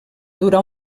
durar